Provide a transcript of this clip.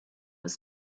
was